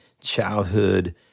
childhood